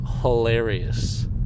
hilarious